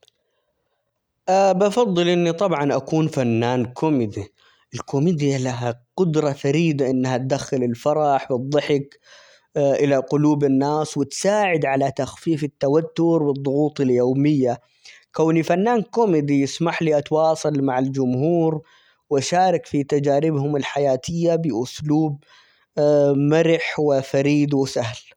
بفضل إني طبعا أكون فنان كوميدي الكوميديا لها قدرة فريدة إنها تدخل الفرح ،والضحك إلى قلوب الناس وتساعد على تخفيف التوتر ،والضغوط اليومية ،كوني فنان كوميدي يسمح لي أتواصل مع الجمهور ،وأشارك في تجاربهم الحياتية بأسلوب مرح ،وفريد ،وسهل.